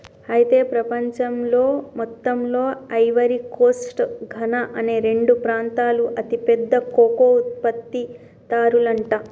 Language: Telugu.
అయితే ప్రపంచంలో మొత్తంలో ఐవరీ కోస్ట్ ఘనా అనే రెండు ప్రాంతాలు అతి పెద్ద కోకో ఉత్పత్తి దారులంట